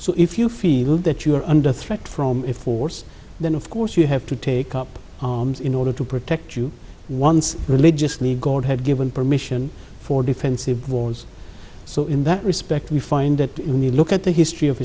so if you feel that you are under threat from force then of course you have to take up arms in order to protect you once religiously god had given permission for defensive walls so in that respect we find that in the look at the history of